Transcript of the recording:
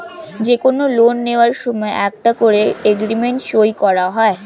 যে কোনো লোন নেয়ার সময় একটা করে এগ্রিমেন্ট সই করা হয়